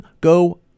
go